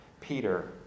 Peter